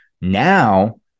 now